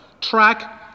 track